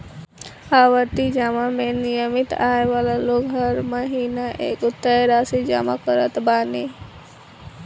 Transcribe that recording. आवर्ती जमा में नियमित आय वाला लोग हर महिना एगो तय राशि जमा करत बाने